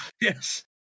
yes